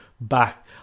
back